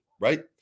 right